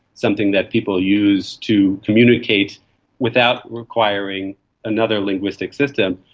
something that people use to communicate without requiring another linguistic system,